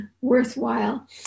worthwhile